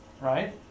right